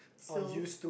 so